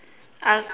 uh